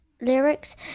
lyrics